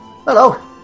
Hello